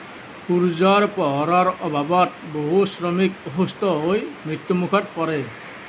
সূৰ্যৰ পোহৰৰ অভাৱত বহু শ্ৰমিক অসুস্থ হৈ মৃত্যুমুখত পৰে